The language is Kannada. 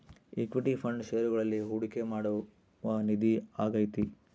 ಇಕ್ವಿಟಿ ಫಂಡ್ ಷೇರುಗಳಲ್ಲಿ ಹೂಡಿಕೆ ಮಾಡುವ ನಿಧಿ ಆಗೈತೆ